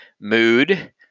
mood